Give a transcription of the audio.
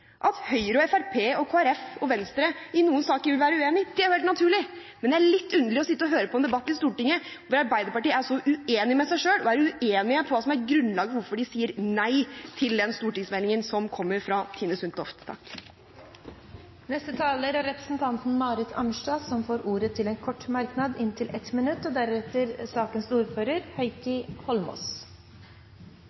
at Høyre, Fremskrittspartiet, Kristelig Folkeparti og Venstre i noen saker vil være uenige. Det er helt naturlig. Men det er litt underlig å sitte og høre på en debatt i Stortinget der Arbeiderpartiet er så uenig med seg selv, uenig om hva som er grunnlaget for hvorfor de sier nei til den stortingsmeldingen som kommer fra Tine Sundtoft. Representanten Marit Arnstad har hatt ordet to ganger tidligere og får ordet til en kort merknad, begrenset til 1 minutt.